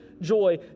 joy